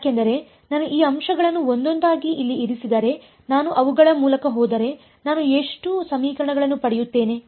ಯಾಕೆಂದರೆ ನಾನು ಈ ಅಂಶಗಳನ್ನು ಒಂದೊಂದಾಗಿ ಇಲ್ಲಿ ಇರಿಸಿದರೆ ನಾನು ಅವುಗಳ ಮೂಲಕ ಹೋದರೆ ನಾನು ಎಷ್ಟು ಸಮೀಕರಣಗಳನ್ನು ಪಡೆಯುತ್ತೇನೆ